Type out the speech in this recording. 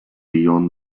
beyond